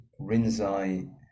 Rinzai